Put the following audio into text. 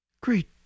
Great